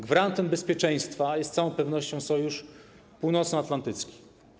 Gwarantem bezpieczeństwa jest z całą pewnością Sojusz Północnoatlantycki.